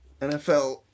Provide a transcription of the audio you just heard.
NFL